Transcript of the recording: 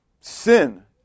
sin